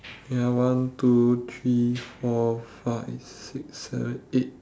ya one two three four five six seven eight